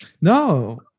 No